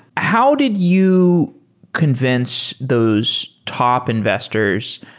how did you convince those top investors?